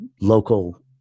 local